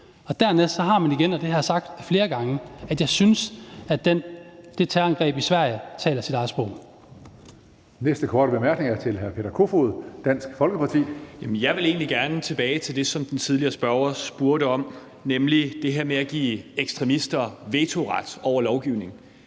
Dernæst er der igen det, og det har jeg sagt flere gange, at jeg synes, at det terrorangreb i Sverige taler sit eget sprog. Kl. 19:05 Tredje næstformand (Karsten Hønge): Næste korte bemærkning er til hr. Peter Kofod, Dansk Folkeparti. Kl. 19:05 Peter Kofod (DF): Jeg vil egentlig gerne tilbage til det, den tidligere spørger spurgte om, nemlig det her med at give ekstremister vetoret over for lovgivning.